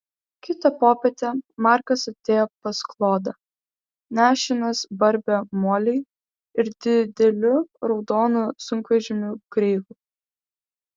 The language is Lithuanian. kitą popietę markas atėjo pas klodą nešinas barbe molei ir dideliu raudonu sunkvežimiu kreigui